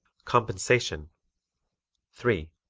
compensation three.